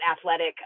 athletic